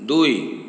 ଦୁଇ